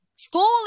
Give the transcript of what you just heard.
School